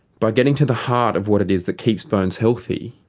by getting to the heart of what it is that keeps bones healthy,